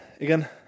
again